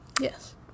yes